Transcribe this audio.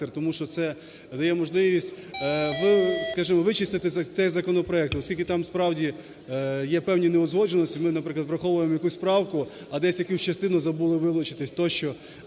тому що це дає можливість, скажімо, вичистити цей законопроект, оскільки там справді є певні неузгодженості. Ми, наприклад, враховуємо якусь правку, а десь якусь частину забули вилучити тощо,